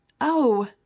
Oh